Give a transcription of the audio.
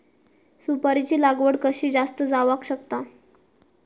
सुपारीची लागवड कशी जास्त जावक शकता?